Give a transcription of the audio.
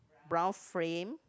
brown frame